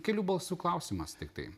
kelių balsų klausimas tiktai